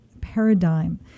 paradigm